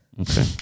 okay